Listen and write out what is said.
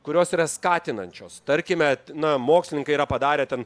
kurios yra skatinančios tarkime na mokslininkai yra padarę ten